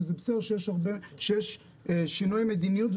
וזה בסדר שיש שינוי מדיניות,